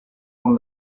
con